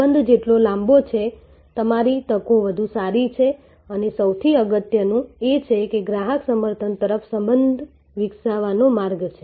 સંબંધ જેટલો લાંબો છે તમારી તકો વધુ સારી છે અને સૌથી અગત્યનું એ છે કે ગ્રાહક સમર્થન તરફ સંબંધ વિકસાવવાનો માર્ગ છે